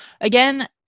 again